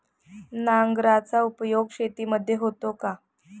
नांगराचा उपयोग शेतीमध्ये होतो का?